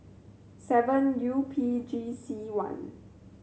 seven U P G C one